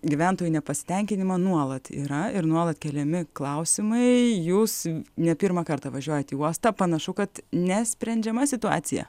gyventojų nepasitenkinimą nuolat yra ir nuolat keliami klausimai jūs ne pirmą kartą važiuojat į uostą panašu kad nesprendžiama situacija